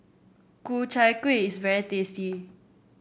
Ku Chai Kuih is very tasty